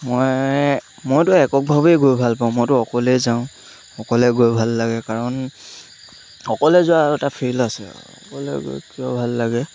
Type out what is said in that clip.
মই মইতো এককভাৱেই গৈ ভাল পাওঁ মইতো অকলেই যাওঁ অকলে গৈ ভাল লাগে কাৰণ অকলে যোৱাৰ এটা ফিল আছে অকলে গৈ কিয় ভাল লাগে